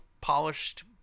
polished